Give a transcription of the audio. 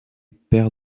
perd